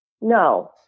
no